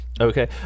okay